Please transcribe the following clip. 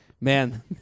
Man